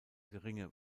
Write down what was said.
geringe